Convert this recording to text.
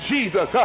Jesus